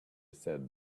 said